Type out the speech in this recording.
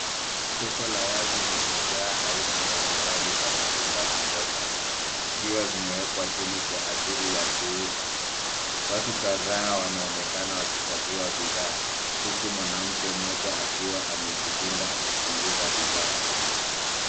Soko la wazi limejaa aina ,mbali mbali za matunda na mboga ,zikiwa zimewekwa chini kwa ajili ya kuuza .Watu kadhaa wanaonekana wakichagua bidhaa ,huku mwanamke Mmoja akiwa amejipinda akichunguza bidhaa